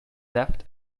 theft